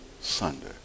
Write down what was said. Sunday